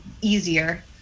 easier